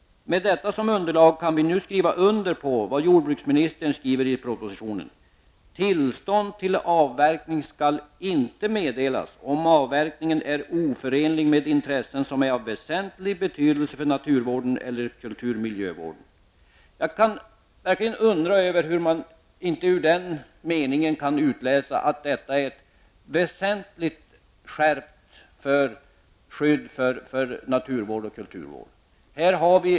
Med detta som underlag kan vi nu skriva under på det jordbruksministern skriver i propositionen: Tillstånd till avverkning skall inte få meddelas om avverkningen är oförenlig med intressen som är av väsentlig betydelse för naturvården eller kulturmiljövården. Jag undrar verkligen över hur man kan undgå att ur den meningen utläsa att detta är ett väsentligt skärpt skydd för naturvård och kulturvård.